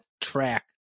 track